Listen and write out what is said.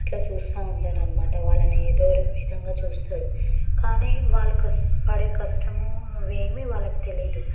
అట్లా చూస్తూ ఉంటారన్నమాట వాళ్ళని ఏదో విధంగా చూస్తారు కానీ వాళ్ళకు పడే కష్టము అవేమీ వాళ్ళకు తెలియదు